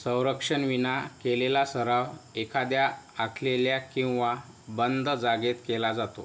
संरक्षणाविना केलेला सराव एखाद्या आखलेल्या किंवा बंद जागेत केला जातो